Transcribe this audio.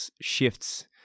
shifts